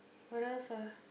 what else